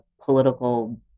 political